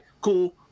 cool